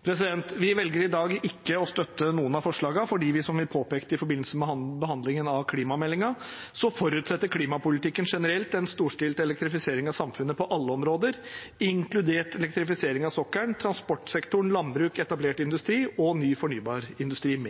Vi velger i dag ikke å støtte noen av forslagene fordi, som vi påpekte i forbindelse med behandlingen av klimameldingen, klimapolitikken generelt forutsetter en storstilt elektrifisering av samfunnet på alle områder, inkludert elektrifisering av sokkelen, transportsektoren, landbruk, etablert industri og ny fornybar industri,